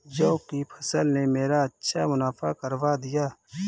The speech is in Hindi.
जौ की फसल ने मेरा अच्छा मुनाफा करवा दिया